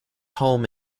home